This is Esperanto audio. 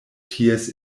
ties